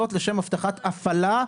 זאת לשם הבטחת הפעלה,